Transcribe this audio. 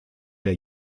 der